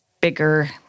bigger